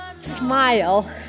Smile